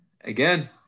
Again